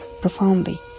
profoundly